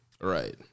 Right